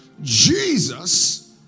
Jesus